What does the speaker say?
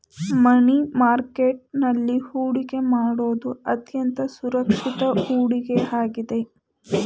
ಮನಿ market ನಲ್ಲಿ ಹೊಡಿಕೆ ಮಾಡುವುದು ಅತ್ಯಂತ ಸುರಕ್ಷಿತ ಹೂಡಿಕೆ ಆಗಿದೆ